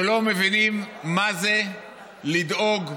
שלא מבינים בהן מה זה לדאוג לבן,